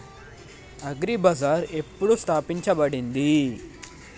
Agri Bazaar ఎప్పుడు స్థాపించబడింది?